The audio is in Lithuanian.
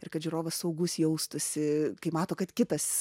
ir kad žiūrovas saugus jaustųsi kai mato kad kitas